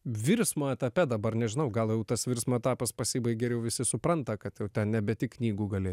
virsmo etape dabar nežinau gal jau tas virsmo etapas pasibaigė ir visi supranta kad jau ten nebe tik knygų gali